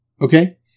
Okay